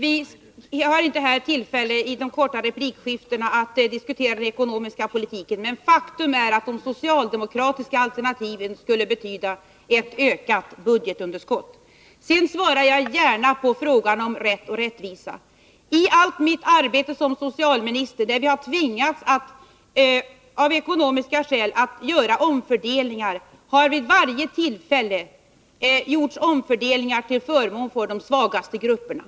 Fru talman! I de här korta replikskiftena har vi inte möjlighet att diskutera den ekonomiska politiken, men jag vill säga att faktum är att de socialdemokratiska alternativen skulle betyda ett ökat budgetunderskott. Jag svarar gärna på frågan om rätt och rättvisa. I allt mitt arbete som socialminister där jag av ekonomiska skäl har tvingats att göra omfördelningar har jag vid varje tillfälle sett till att omfördelningarna gjorts till förmån för de svagaste grupperna.